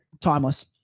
timeless